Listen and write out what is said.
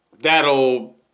that'll